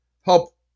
help